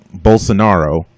Bolsonaro